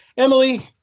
emily,